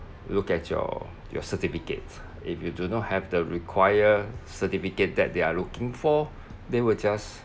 look at your your certificate if you do not have the require certificate that they are looking for they will just